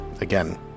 Again